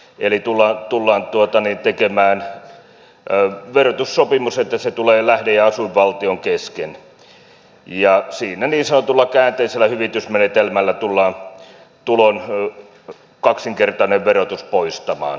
eli tullaan tekemään verotussopimus että se tulee lähde ja asuinvaltion kesken ja siinä niin sanotulla käänteisellä hyvitysmenetelmällä tullaan tulon kaksinkertainen verotus poistamaan